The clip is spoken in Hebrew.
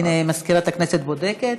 הינה, מזכירת הכנסת בודקת.